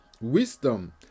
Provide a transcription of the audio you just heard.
wisdom